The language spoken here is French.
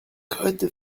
côte